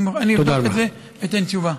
אני אבדוק את זה ואתן תשובה.